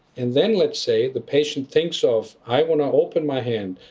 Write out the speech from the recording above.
and then let's say the patient thinks of, i want to open my hand.